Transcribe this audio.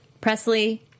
Presley